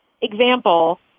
example